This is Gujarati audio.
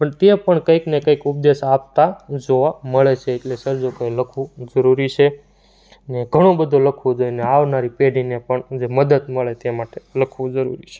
પણ તે પણ કંઈકને કંઈક ઉપદેશ આપતા જોવા મળે છે એટલે સર્જકોએ લખવું જરૂરી છે ને ઘણું બધું લખવું જોઈએને આવનારી પેઢીને પણ જે મદદ મળે તે માટે લખવું જરૂરી છે